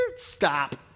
Stop